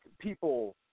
people